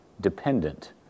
dependent